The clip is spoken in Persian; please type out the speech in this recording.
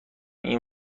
این